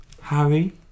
Harry